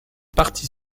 partie